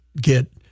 get